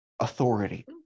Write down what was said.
authority